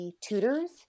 tutors